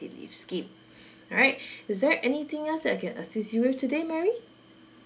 leave scheme alright is there anything else that I can assist you with today mary